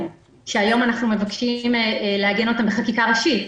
שאנחנו מבקשים היום לעגן אותן בחקיקה ראשית.